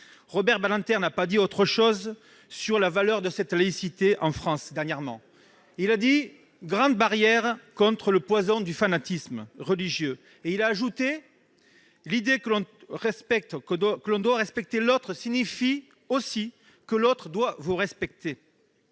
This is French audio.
Robert Badinter n'a pas dit autre chose sur la valeur de cette laïcité, qu'il a récemment qualifiée de « grande barrière contre le poison du fanatisme religieux ». Il a ajouté :« L'idée que l'on doit respecter l'autre signifie aussi que l'autre doit vous respecter.